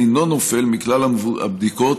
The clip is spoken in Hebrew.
אינו נופל מכלל הבדיקות